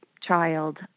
child